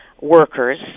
workers